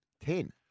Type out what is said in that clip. Ten